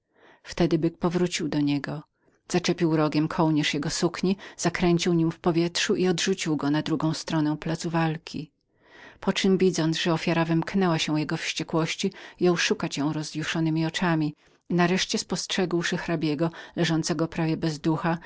wtedy byk powrócił na niego zaczepił rogiem kołnierz jego sukni zakręcił nim w powietrzu i odrzucił go na drugą stronę placu walki po czem widząc że ofiara wymknęła się jego wściekłości jął szukać ją rozjuszonemi oczyma i nareszcie spostrzegłszy hrabiego leżącego prawie bez duchu